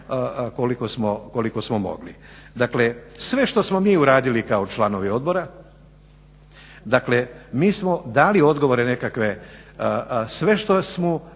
koliko smo mogli. Dakle, sve što smo mi uradili kao članovi odbora mi smo dali odgovore nekakve. Sve što smo